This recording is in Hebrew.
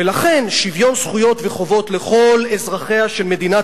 ולכן "שוויון זכויות וחובות לכל אזרחיה של מדינת